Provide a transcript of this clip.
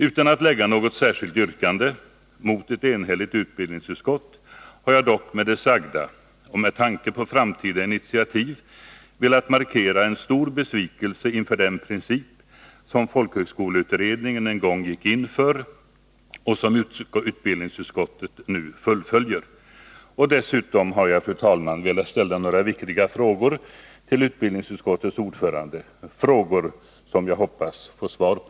Utan att framställa något särskilt yrkande — mot ett enhälligt utbildningsutskott — har jag med det sagda och med tanke på framtida initiativ velat markera stor besvikelse inför den princip som folkhögskoleutredningen en gång gick in för och som utbildningsutskottet nu fullföljer. Dessutom har jag, fru talman, velat ställa några viktiga frågor till utbildningsutskottets ordförande — frågor som jag hoppas få svar på.